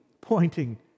pointing